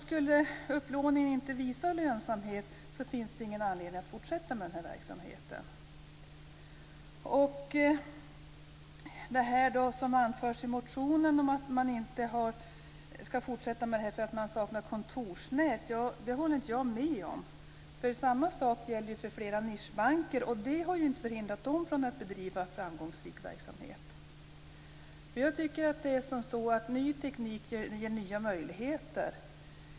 Skulle upplåningen inte visa lönsamhet finns det inte anledning att fortsätta med verksamheten. I motionen anförs att man inte skall fortsätta med detta på grund av att det saknas kontorsnät. Jag håller inte med om det. Samma sak gäller för flera nischbanker. Det har inte förhindrat dem från att bedriva framgångsrik verksamhet. Ny teknik ger nya möjligheter.